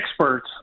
experts